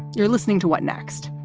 you're listening to what next.